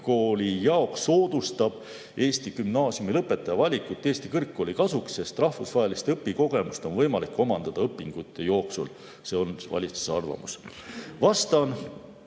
jaoks soodustab Eesti gümnaasiumilõpetaja valikut Eesti kõrgkooli kasuks, sest rahvusvahelist õpikogemust on võimalik omandada õpingute jooksul. See on valitsuse arvamus. Vastan,